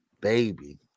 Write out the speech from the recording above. baby